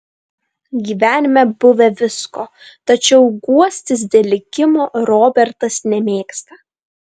gyvenime buvę visko tačiau guostis dėl likimo robertas nemėgsta